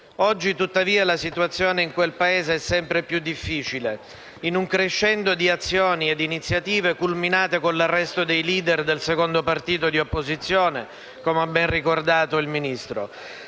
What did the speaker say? Oggi, tuttavia, la situazione in quel Paese è sempre più difficile, in un crescendo di azioni e iniziative culminate con l'arresto dei *leader* del secondo partito di opposizione - come ha ben ricordato il Ministro